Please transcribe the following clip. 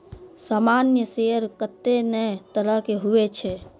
सामान्य शेयर कत्ते ने तरह के हुवै छै